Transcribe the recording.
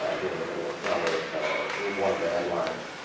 ah here in the middle of summer one of the headlines ah.